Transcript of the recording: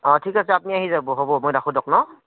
অঁ ঠিক আছে আপুনি আহি যাব হ'ব মই ৰাখোঁ দিয়ক ন